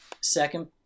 Second